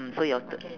so your turn